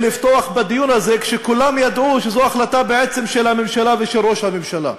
לפתוח בדיון הזה כשכולם ידעו שזו החלטה בעצם של הממשלה ושל ראש הממשלה.